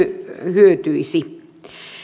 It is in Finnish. hyötyisi